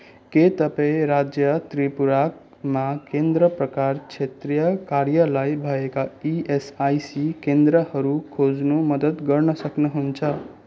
के तपाईँँ राज्य त्रिपुरामा केन्द्र प्रकार क्षेत्रीय कार्यालय भएका इएसआइसी केन्द्रहरू खोज्न मद्दत गर्न सक्नुहुन्छ